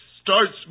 starts